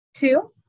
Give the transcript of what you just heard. Two